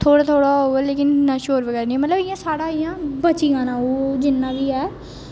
थोह्ड़ा थोह्ड़ा होग लेकिन इन्ना शोर बगैरा निं होना मतलब इ'यां साढ़ा इ'यां बची जाना ओह् जिन्ना बी ऐ